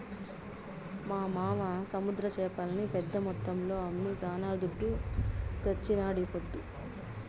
మా మావ సముద్ర చేపల్ని పెద్ద మొత్తంలో అమ్మి శానా దుడ్డు తెచ్చినాడీపొద్దు